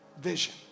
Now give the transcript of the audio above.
vision